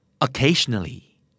Occasionally